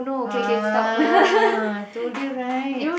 ah told you right